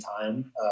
time